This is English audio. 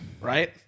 Right